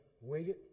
waited